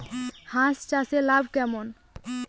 হাঁস চাষে লাভ কেমন?